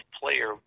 player